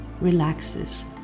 relaxes